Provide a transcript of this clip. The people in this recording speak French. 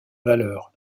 valeur